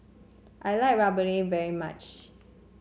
I like rempeyek very much